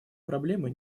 проблемы